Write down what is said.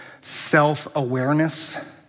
self-awareness